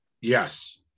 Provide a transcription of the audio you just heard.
Yes